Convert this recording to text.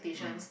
mm